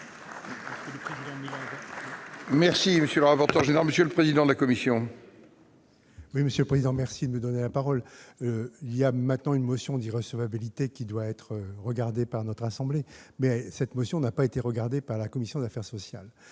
est à M. le président de la commission.